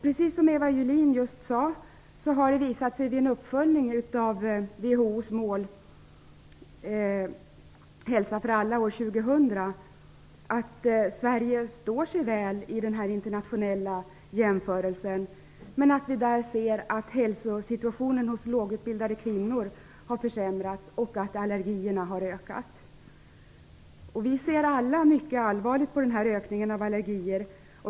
Precis som Eva Julin just sade, har det vid en uppföljning av WHO:s mål, Hälsa för alla år 2000, visat sig att Sverige står sig väl i den internationella jämförelsen. Men vi kan se där att hälsosituationen för lågutbildade kvinnor har försämrats och att allergierna har ökat. Vi ser alla mycket allvarligt på ökningen av allergier.